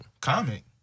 Comic